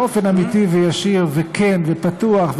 באופן אמיתי וישיר וכן ופתוח,